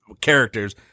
characters